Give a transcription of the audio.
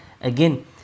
again